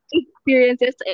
experiences